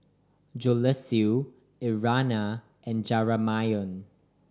Joseluis Irena and Jamarion